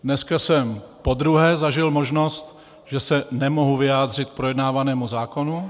Dneska jsem podruhé zažil možnost, že se nemohu vyjádřit k projednávanému zákonu.